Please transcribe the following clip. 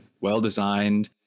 well-designed